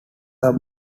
are